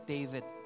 David